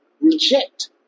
reject